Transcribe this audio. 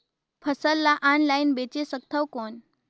फसल ला ऑनलाइन बेचे सकथव कौन?